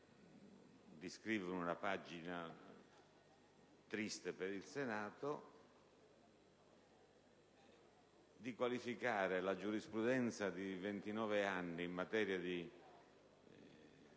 di scrivere una pagina triste per il Senato, per definire la giurisprudenza di 29 anni in materia di